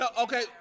okay